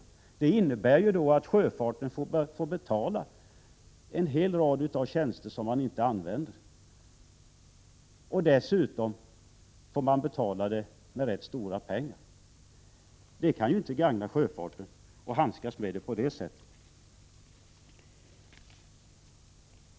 Men samtidigt innebär ju Anna Wohlin-Anderssons förslag att sjöfarten får betala — och dessutom med rätt stora pengar — för en hel rad tjänster som man inte använder. Det kan ju inte gagna sjöfarten att handskas med dessa frågor på det sättet.